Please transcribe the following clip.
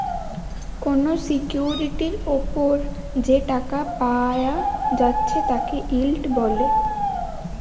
কোনো সিকিউরিটির উপর যে টাকা পায়া যাচ্ছে তাকে ইল্ড বলে